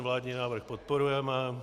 Vládní návrh podporujeme.